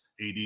AD